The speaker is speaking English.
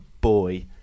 boy